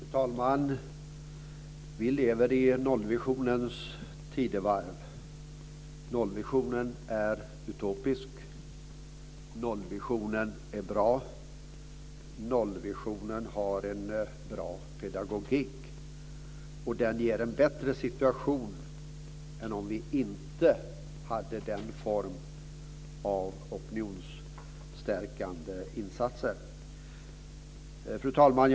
Fru talman! Vi lever i nollvisionens tidevarv. Nollvisionen är utopisk. Nollvisionen är bra. Nollvisionen har en bra pedagogik, och den ger en bättre situation än om vi inte hade den formen av opinionsstärkande insatser. Fru talman!